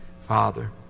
Father